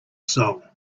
soul